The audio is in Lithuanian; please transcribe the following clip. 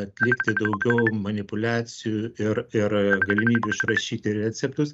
atlikti daugiau manipuliacijų ir ir galimybių išrašyti receptus